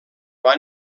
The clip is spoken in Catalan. van